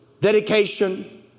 dedication